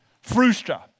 frustra